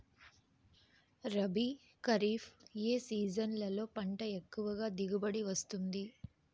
రబీ, ఖరీఫ్ ఏ సీజన్లలో పంట ఎక్కువగా దిగుబడి వస్తుంది